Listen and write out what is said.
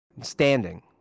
Standing